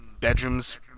bedrooms